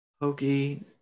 Hokey